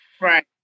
Right